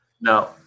no